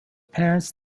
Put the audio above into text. parents